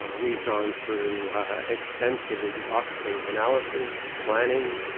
ah we've gone through extensive, exhaustive analysis, planning.